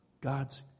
God's